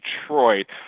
Detroit